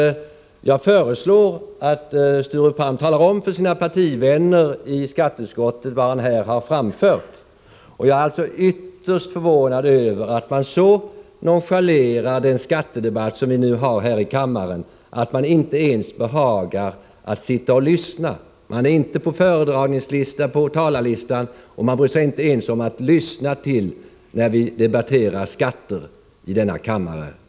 Jag föreslår att Sture Palm talar om för sina partivänner i skatteutskottet vad han har framfört här. Jag är alltså ytterst förvånad över att man så nonchalerar den skattedebatt som vi nu har i kammaren att man inte ens behagar sitta och lyssna — man är inte upptagen på talarlistan och bryr sig inte ens om att lyssna på debatten.